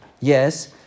Yes